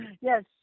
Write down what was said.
Yes